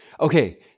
okay